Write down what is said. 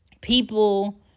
people